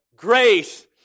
Grace